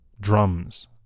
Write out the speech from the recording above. drums